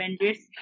Avengers